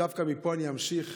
דווקא מפה אני אמשיך